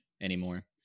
anymore